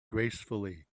gracefully